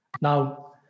now